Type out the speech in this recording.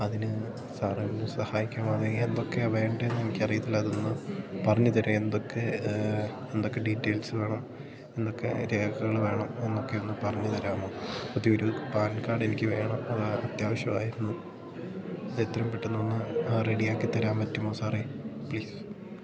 അതിന് സാറെന്നെ സഹായിക്കാമോ അത് എന്തൊക്കെയാ വേണ്ടതെന്ന് എനിക്കറിയത്തില്ല അതൊന്ന് പറഞ്ഞു തരുമോ എന്തൊക്കെ എന്തൊക്കെ ഡീറ്റെയിൽസ് വേണം എന്തൊക്കെ രേഖകൾ വേണം എന്നൊക്കെയൊന്ന് പറഞ്ഞു തരാമോ പുതിയൊരു പാൻ കാഡെനിക്ക് വേണം അത്യാവശ്യമായിരുന്നു അതെത്രയും പെട്ടെന്നൊന്ന് റെഡിയാക്കി തരാൻ പറ്റുമോ സാറേ പ്ലീസ്